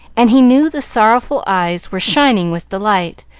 and he knew the sorrowful eyes were shining with delight,